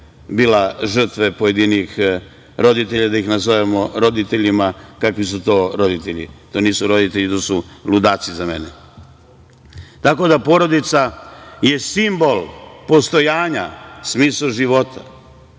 bila žrtve pojedinih roditelja, da ih nazovemo roditeljima. Kakvi su to roditelji? To nisu roditelji, to su ludaci za mene. Tako da, porodica je simbol postojanja, smisao života.